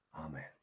Amen